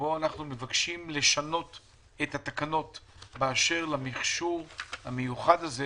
בו אנחנו מבקשים לשנות את התקנות באשר למכשור המיוחד הזה